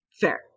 fair